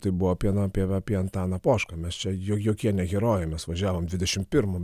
tai buvo apie na apie apie antaną pošką mes čia jo jokie ne herojai mes važiavom dvidešim pirmu